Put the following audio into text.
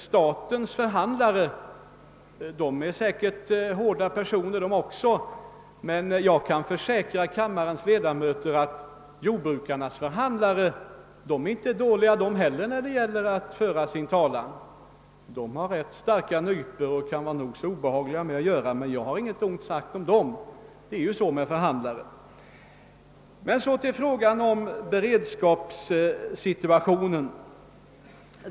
Statens förhandlare är utan tvivel hårda personer, men jag kan försäkra kammarens ledamöter att jordbrukarnas förhandlare inte heller är dåliga när det gäller att föra sin talan. De har rätt starka nypor och kan vara nog så obehagliga att ha att göra med. Men jag har inget ont sagt om dem; det är ju så med förhandlare. Så till frågan om beredskapssituationen!